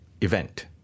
event